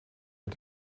mit